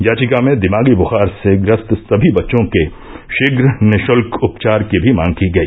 याचिका में दिमागी बुखार से ग्रस्त सभी बच्चों के शीघ्र निःशुल्क उपचार की भी मांग की गई